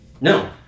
No